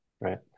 right